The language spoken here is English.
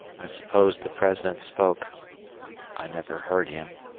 i suppose the president spoke i never heard him,